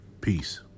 Peace